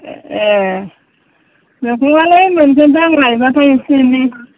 ए मैगङालाय मोनगोनदां लायब्लालाय एसे एनै